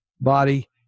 body